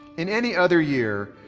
in any other year,